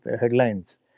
headlines